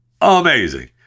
Amazing